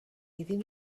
iddyn